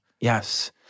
Yes